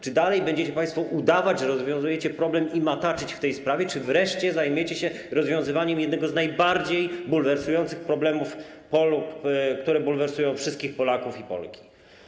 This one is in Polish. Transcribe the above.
Czy dalej będziecie państwo udawać, że rozwiązujecie problem i mataczyć w tej sprawie, czy wreszcie zajmiecie się rozwiązywaniem jednego z najbardziej bulwersujących problemów, które bulwersują wszystkich Polaków i Polki?